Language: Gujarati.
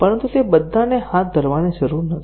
પરંતુ તે બધાને હાથ ધરવાની જરૂર નથી